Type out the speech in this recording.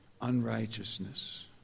unrighteousness